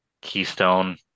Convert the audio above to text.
keystone